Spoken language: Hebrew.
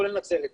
כולל נצרת.